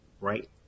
right